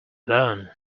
learn